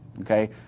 Okay